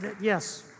Yes